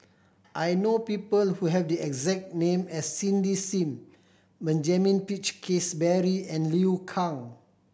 I know people who have the exact name as Cindy Sim Benjamin Peach Keasberry and Liu Kang